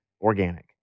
organic